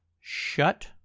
shut